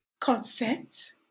Consent